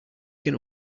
can